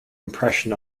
impression